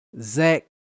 Zach